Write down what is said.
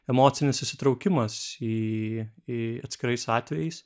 emocinis įsitraukimas į į atskirais atvejais